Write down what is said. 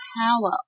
power